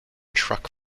truck